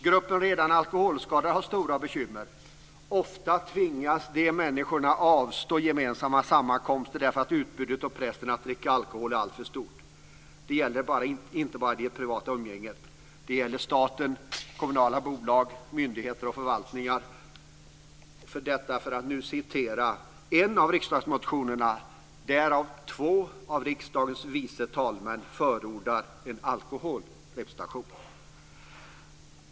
Gruppen redan alkoholskadade har stora bekymmer. Oftast tvingas de människorna avstå från gemensamma sammankomster eftersom utbudet och pressen att dricka alkohol är alltför stort. Det gäller inte bara i det privata umgänget. Det gäller i staten, i kommunala bolag, hos myndigheter och förvaltningar. Detta för att nu citera en av riksdagsmotionerna där två av riksdagens vice talmän förordar en alkoholfri representation.